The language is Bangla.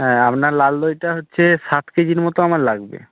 হ্যাঁ আপনার লাল দইটা হচ্ছে সাত কেজির মতো আমার লাগবে